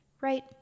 Right